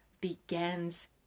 begins